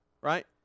right